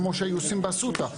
כמו שהיו עושים באסותא.